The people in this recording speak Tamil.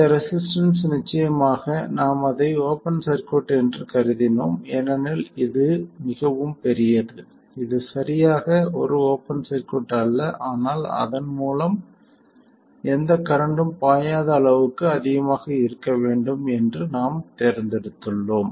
இந்த ரெசிஸ்டன்ஸ் நிச்சயமாக நாம் அதை ஒரு ஓப்பன் சர்க்யூட் என்று கருதினோம் ஏனெனில் இது மிகவும் பெரியது இது சரியாக ஒரு ஓப்பன் சர்க்யூட் அல்ல ஆனால் அதன் மூலம் எந்த கரண்ட்டும் பாயாத அளவுக்கு அதிகமாக இருக்க வேண்டும் என்று நாம் தேர்ந்தெடுத்துள்ளோம்